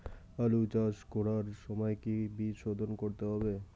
আলু চাষ করার সময় কি বীজ শোধন করতে হবে?